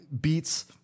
beats